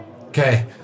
Okay